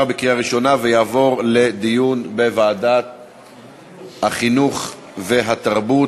התשע"ה 2015, לוועדת החינוך, התרבות